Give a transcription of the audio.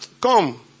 come